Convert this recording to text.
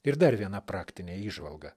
ir dar viena praktinė įžvalga